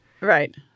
right